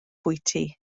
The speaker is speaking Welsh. bwyty